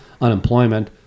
unemployment